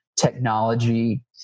technology